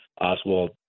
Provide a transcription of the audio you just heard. Oswald –